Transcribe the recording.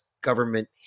government